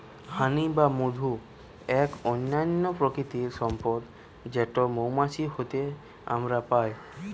হানি বা মধু এক অনন্য প্রাকৃতিক সম্পদ যেটো মৌমাছি হইতে আমরা পাই